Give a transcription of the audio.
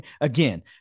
again